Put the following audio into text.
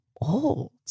old